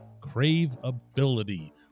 craveability